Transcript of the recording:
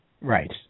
Right